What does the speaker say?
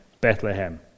Bethlehem